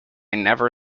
never